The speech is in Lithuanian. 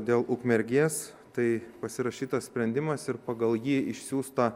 dėl ukmergės tai pasirašytas sprendimas ir pagal jį išsiųsta